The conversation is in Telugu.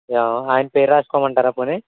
ఆయన పేరు రాసుకోమంటారా పోని